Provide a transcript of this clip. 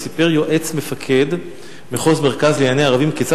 סיפר יועץ מפקד מחוז מרכז לענייני ערבים כיצד